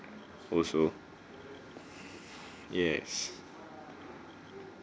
also yes